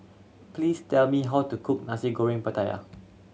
please tell me how to cook Nasi Goreng Pattaya